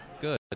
good